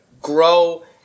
grow